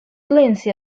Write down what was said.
lindsay